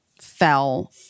fell